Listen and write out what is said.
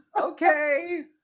Okay